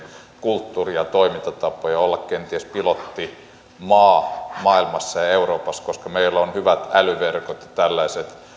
kulttuuri ja toimintatapoja olemaan kenties pilottimaa maailmassa ja ja euroopassa koska meillä on hyvät älyverkot ja tällaiset